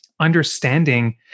Understanding